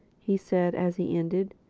he said as he ended,